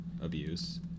abuse